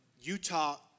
Utah